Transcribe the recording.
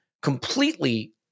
completely